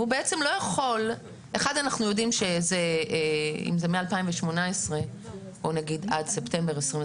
ואנחנו יודעים שאם זה מ-2018 עד ספטמבר 2021